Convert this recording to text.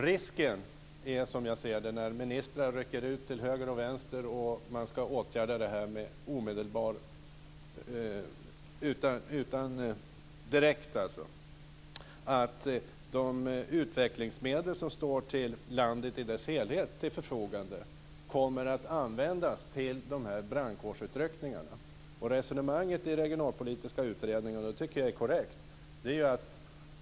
Risken är att när ministrar rycker ut till höger och vänster och ska åtgärda detta direkt kommer de utvecklingsmedel som står till landets förfogande i dess helhet att användas till brandkårsutryckningarna. Resonemanget i Regionalpolitiska utredningen är korrekt.